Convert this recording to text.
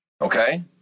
Okay